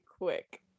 quick